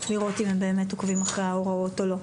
לראות אם הם באמת עוקבים אחר ההוראות או לא.